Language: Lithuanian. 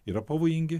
yra pavojingi